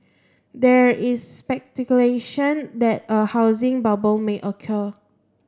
there is speculation that a housing bubble may occur